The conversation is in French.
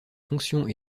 fonctions